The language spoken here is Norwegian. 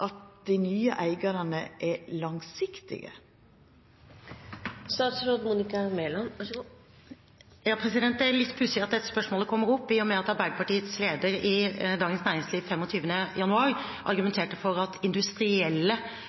at dei nye eigarane er langsiktige? Det er litt pussig at dette spørsmålet kommer opp, i og med at Arbeiderpartiets leder i Dagens Næringsliv 25. januar argumenterte for at industrielle